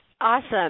Awesome